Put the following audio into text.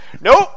nope